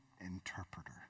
interpreter